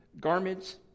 garments